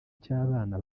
cy’abana